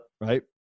Right